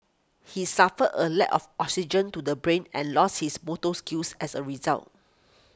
he suffered a lack of oxygen to the brain and lost his motor skills as a result